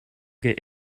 get